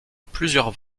plusieurs